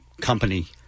company